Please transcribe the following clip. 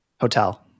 Hotel